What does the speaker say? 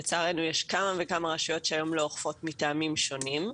לצערנו יש כמה וכמה רשויות שהיום לא אוכפות מטעמים שונים.